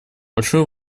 большое